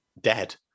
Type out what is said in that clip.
dead